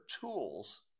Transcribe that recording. tools